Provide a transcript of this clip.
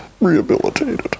rehabilitated